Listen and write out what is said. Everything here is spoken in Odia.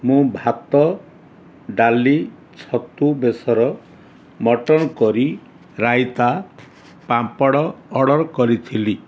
ମୁଁ ଭାତ ଡାଲି ଛତୁ ବେସର mutton curry raita papad order କରିଥିଲି